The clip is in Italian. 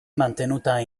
mantenuta